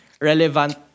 relevant